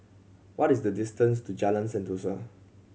what is the distance to Jalan Sentosa